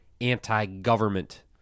anti-government